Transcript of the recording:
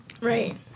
right